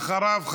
אחריו,